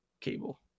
cable